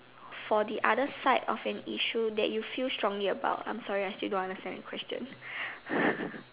for the other side of an issue that you feel strongly about I'm sorry I still don't understand the question